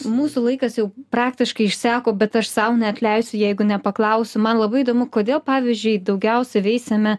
mūsų laikas jau praktiškai išseko bet aš sau neatleisiu jeigu nepaklausiu man labai įdomu kodėl pavyzdžiui daugiausia veisiame